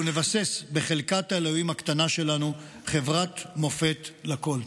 לו נבסס בחלקת האלוהים הקטנה שלנו חברת מופת לכול.